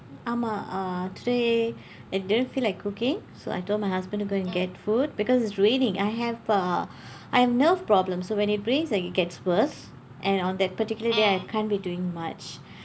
ஆமாம்:aamaam ah today I didn't feel like cooking so I told my husband to go and get food because it's raining I have uh I have nerve problems so when it rains uh it gets worse and on that particular day I can't be doing much